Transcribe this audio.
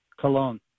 Cologne